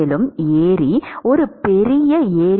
மேலும் ஏரி ஒரு பெரிய ஏரி